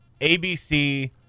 ABC